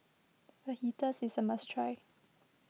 Fajitas is a must try